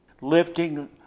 Lifting